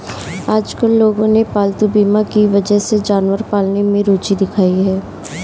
आजकल लोगों ने पालतू बीमा की वजह से जानवर पालने में रूचि दिखाई है